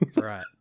Right